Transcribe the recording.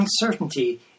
uncertainty